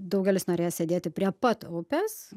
daugelis norėjo sėdėti prie pat upės